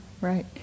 right